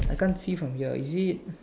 I can't see from here is it